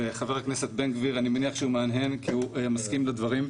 וחבר הכנסת בן גביר כי אני מניח שהוא מהנהן כי הוא מסכים לדברים.